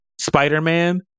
Spider-Man